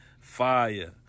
Fire